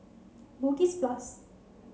Bugis Plus